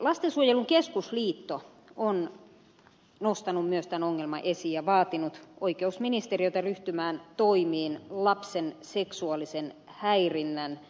lastensuojelun keskusliitto on nostanut myös tämän ongelman esiin ja vaatinut oikeusministeriötä ryhtymään toimiin lapsen seksuaalisen häirinnän kriminalisoimiseksi